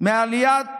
מעליית